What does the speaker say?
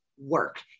work